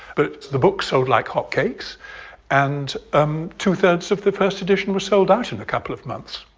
but the books sold like hotcakes and um two thirds of the first edition were sold out in a couple of months.